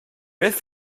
beth